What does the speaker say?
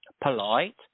polite